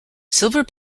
silver